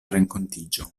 renkontiĝo